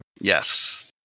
Yes